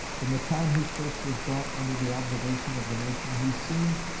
from the time he first was brought under the observation of the nation he seemed,